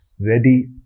ready